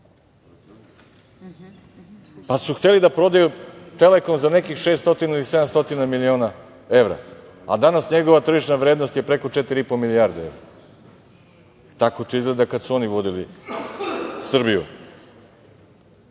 pa su hteli da prodaju Telekom za nekih 600, 700 miliona evra, a danas njegova tržišna vrednost je preko četiri i po milijarde evra. Tako to izgleda kada su oni vodili